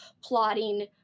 plotting